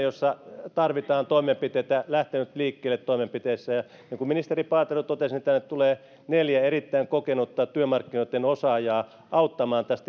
jossa tarvitaan toimenpiteitä lähtenyt liikkeelle toimenpiteissä niin kuin ministeri paatero totesi niin tänne tulee neljä erittäin kokenutta työmarkkinoitten osaajaa auttamaan tässä